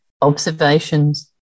observations